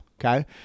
Okay